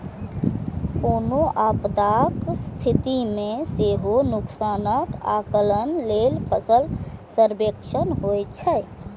कोनो आपदाक स्थिति मे सेहो नुकसानक आकलन लेल फसल सर्वेक्षण होइत छैक